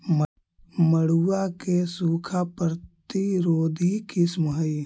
मड़ुआ के सूखा प्रतिरोधी किस्म हई?